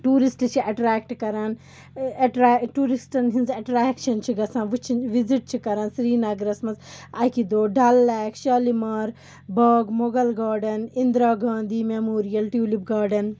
tourist چھِ attract کَران ایٚٹری ٹوٗرِسٹَن ہِنٛز ایٚٹریکشَن چھِ گژھان وٕچھن وِزِٹ چھِ کَران سرینَگرَس منٛز اَکہِ دۄہ Dal lake Shalimar Bagh Mughal garden Indira Gandhi memorial tulip گاڈَن